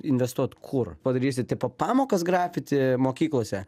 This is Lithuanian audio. investuot kur padarysit tipo pamokas grafiti mokyklose